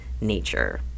nature